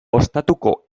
ostatuko